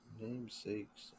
Namesakes